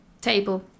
table